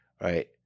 right